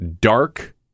dark